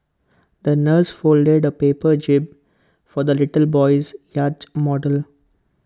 the nurse folded A paper jib for the little boy's yacht model